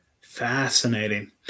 Fascinating